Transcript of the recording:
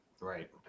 Right